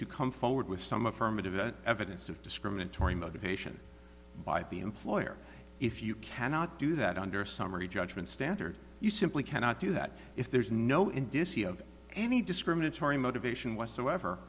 to come forward with some affirmative evidence of discriminatory motivation by the employer if you cannot do that under summary judgment standard you simply cannot do that if there's no indicia of any discriminatory motivation was so ever